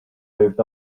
moved